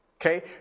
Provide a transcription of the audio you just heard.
Okay